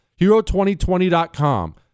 Hero2020.com